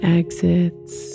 exits